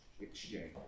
exchange